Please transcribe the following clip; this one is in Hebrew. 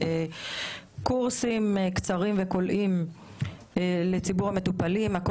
קורסים קצרים וקולעים לציבור המטופלים ובני המשפחות שלהם.